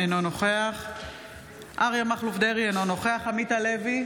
אינו נוכח אריה מכלוף דרעי, אינו נוכח עמית הלוי,